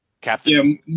Captain